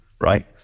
right